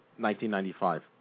1995